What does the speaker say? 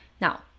Now